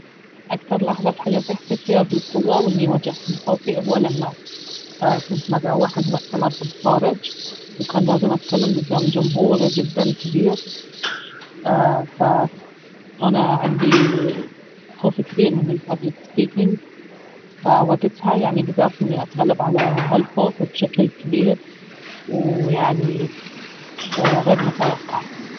اكثر لحظة في حياتي حسيت فيها بالقوة واني واجهت مخاوفي اهو لما كنت مدعوة حق مؤتمر بالخارج وكان لازم اتكلم قدام جمهور جدا كبير فانا عندي خوف كبير من الببلك سبيكنج فوقتها يعني قدرت اني اتغلب على هالخوف بشكل كبير ويعني غير متوقع